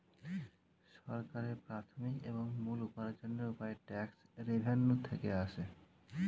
সরকারের প্রাথমিক এবং মূল উপার্জনের উপায় ট্যাক্স রেভেন্যু থেকে আসে